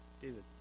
David